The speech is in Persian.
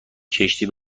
کشتی